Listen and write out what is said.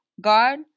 God